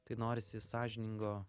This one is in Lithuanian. tai norisi sąžiningo